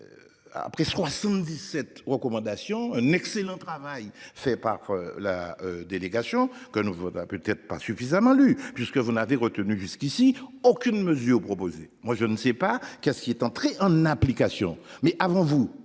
Après 77 recommandations. Un excellent travail fait par la délégation que nous vaudra peut-être pas suffisamment lu puisque vous n'avez retenu jusqu'ici aucune mesure proposée. Moi je ne sais pas qu'est-ce qui est entrée en application mais avant vous,